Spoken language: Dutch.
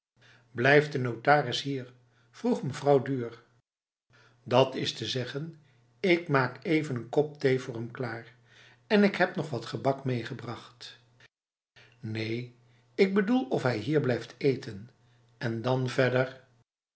blijft de notaris hier vroeg mevrouw duhr dat is te zeggen ik maak even een kop thee voor hem klaar en ik heb nog wat gebak meegebracht neen ik bedoel of hij hier blijft eten en dan verderf